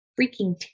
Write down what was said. freaking